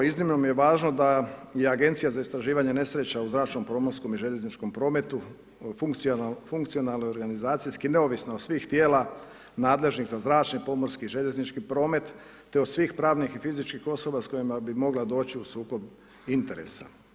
Iznimno nam je važno da je i agencija za istraživanje nesreće u zračnom, pomorskom i željezničkom prometu funkcionalno i organizacijski neovisno od svih tijela, nadležno za zračni, pomorski i željeznički promet, te od svih pravnih i fizičkih osoba s kojima bi mogla doći u sukob interesa.